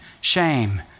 shame